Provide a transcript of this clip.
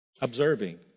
observing